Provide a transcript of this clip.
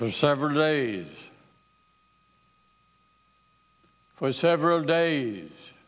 for several days for several days